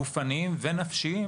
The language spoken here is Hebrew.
גופניים ונפשיים